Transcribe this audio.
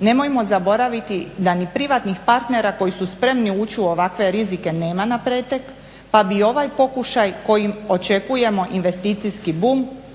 Nemojmo zaboraviti da ni privatnih partnera koji su spremni uči u ovakve rizike nema na pretek pa bi i ovaj pokušaj kojim očekujemo investicijski bum, kao